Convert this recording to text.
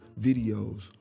videos